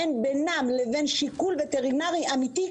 אין בינם לבין שיקול וטרינרי אמיתי דבר.